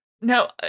no